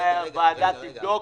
אולי הוועדה תבדוק.